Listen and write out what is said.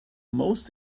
most